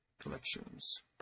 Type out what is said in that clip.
collections